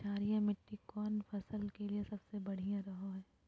क्षारीय मिट्टी कौन फसल के लिए सबसे बढ़िया रहो हय?